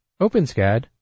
OpenSCAD